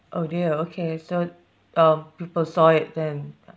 oh dear okay so um people saw it then